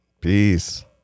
Peace